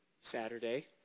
Saturday